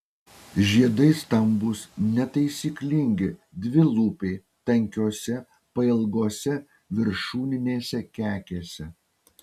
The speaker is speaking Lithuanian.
žiedai stambūs netaisyklingi dvilūpiai tankiose pailgose viršūninėse kekėse